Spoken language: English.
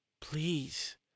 Please